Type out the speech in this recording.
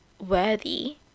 worthy